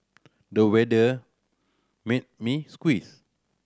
the weather made me